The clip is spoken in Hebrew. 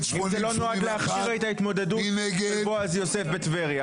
אם זה לא נועד להכשיר את ההתמודדות לבועז יוסף בטבריה,